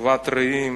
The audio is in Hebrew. אחוות הרעים,